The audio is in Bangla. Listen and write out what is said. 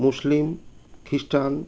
মুসলিম খ্রিস্টান